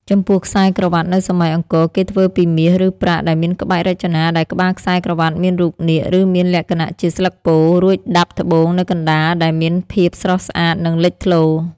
ចំពោះខ្សែក្រវាត់នៅសម័យអង្គរគេធ្វើពីមាសឬប្រាក់ដែលមានក្បាច់រចនាដែលក្បាលខ្សែក្រវ់ាតមានរូបនាគឬមានលក្ខណៈជាស្លឹកពោធិ៍រួចដាប់ត្បូងនៅកណ្ដាលដែលមានភាពស្រស់ស្អាតនិងលិចធ្លោ។